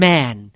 Man